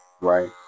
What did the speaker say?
Right